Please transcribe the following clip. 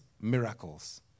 miracles